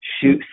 shoot